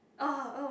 orh oh